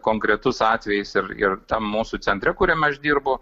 konkretus atvejis ir ir tam mūsų centre kuriame aš dirbu